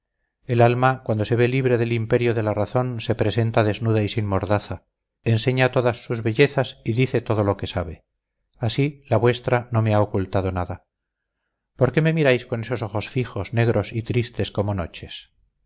el alma cuando se ve libre del imperio de la razón se presenta desnuda y sin mordaza enseña todas sus bellezas y dice todo lo que sabe así la vuestra no me ha ocultado nada por qué me miráis con esos ojos fijos negros y tristes como noches